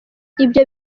ibyo